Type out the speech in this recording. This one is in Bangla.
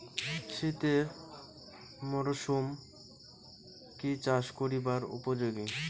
শীতের মরসুম কি চাষ করিবার উপযোগী?